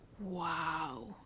wow